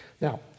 Now